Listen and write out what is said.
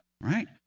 Right